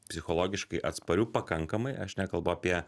psichologiškai atspariu pakankamai aš nekalbu apie